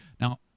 Now